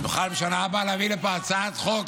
-- נוכל בשנה הבאה להביא לפה הצעת חוק,